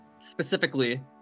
Specifically